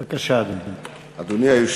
בבקשה, אדוני.